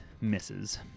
misses